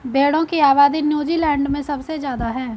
भेड़ों की आबादी नूज़ीलैण्ड में सबसे ज्यादा है